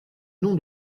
nom